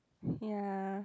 ya